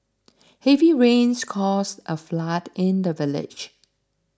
heavy rains caused a flood in the village